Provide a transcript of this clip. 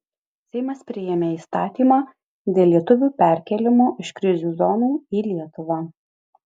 seimas priėmė įstatymą dėl lietuvių perkėlimo iš krizių zonų į lietuvą